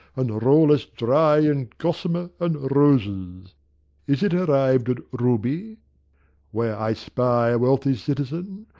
and roll us dry in gossamer and roses is it arrived at ruby where i spy a wealthy citizen,